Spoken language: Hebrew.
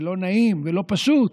ולא נעים ולא פשוט,